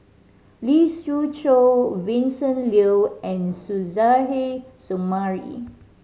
Lee Siew Choh Vincent Leow and Suzairhe Sumari